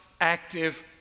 active